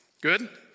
Good